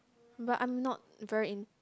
but I'm not very in~